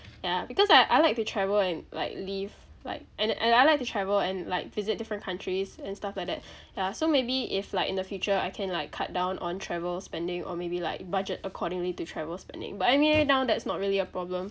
ya because I I like to travel and like live like and and I like to travel and like visit different countries and stuff like that ya so maybe if like in the future I can like cut down on travel spending or maybe like budget accordingly to travel spending but I mean now that's not really a problem